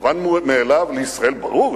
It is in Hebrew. כמובן מאליו: ברור,